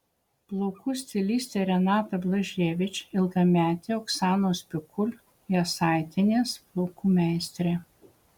plaukų stilistė renata blaževič ilgametė oksanos pikul jasaitienės plaukų meistrė